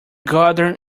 garden